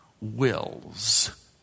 wills